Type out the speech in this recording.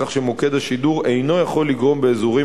כך שמוקד השידור אינו יכול לגרום באזורים